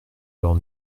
leurs